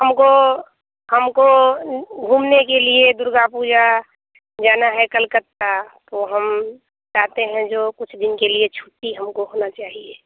हमको हमको घूमने के लिए दुर्गा पूजा जाना है कलकत्ता तो हम चाहते हैं जो कुछ दिन के लिए छुट्टी हमको होना चाहिए